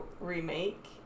remake